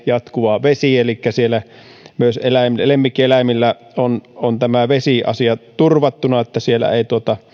jatkuva vesi elikkä myös lemmikkieläimillä on on tämä vesiasia turvattuna niin että siellä ei